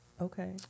Okay